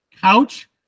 Couch